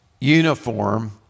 uniform